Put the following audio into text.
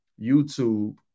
YouTube